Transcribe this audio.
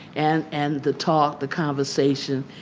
and and the talk, the conversation,